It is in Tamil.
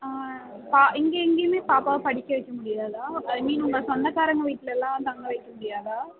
ஆ பா இங்கே எங்கையுமே பாப்பாவை படிக்க வைக்க முடியாதா ஐ மீன் உங்கள் சொந்தகாரவங்க வீட்லெலாம் தங்க வைக்க முடியாதா